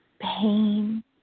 pain